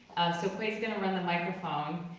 so que's gonna run the microphone,